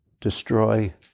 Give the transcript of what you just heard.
destroy